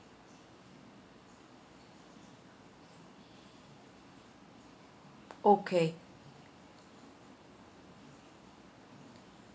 okay